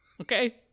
Okay